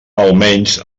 almenys